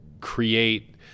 create